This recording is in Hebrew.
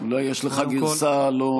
אולי יש לך גרסה לא מעודכנת.